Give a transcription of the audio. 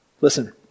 Listen